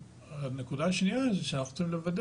והנקודה השנייה זה שאנחנו צריכים לוודא